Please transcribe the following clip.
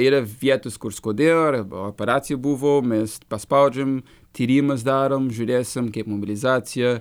yra vietos kur skaudėjo arba operacija buvo mes paspaudžiam tyrimas darom žiūrėsim kaip mobilizacija